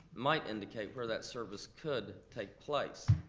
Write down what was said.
might indicate where that service could take place.